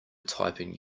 typing